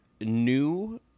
new